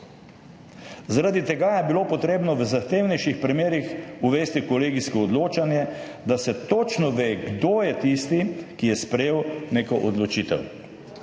Zaradi tega je bilo potrebno v zahtevnejših primerih uvesti kolegijsko odločanje, da se točno ve, kdo je tisti, ki je sprejel neko odločitev.